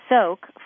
soak